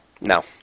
No